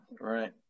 right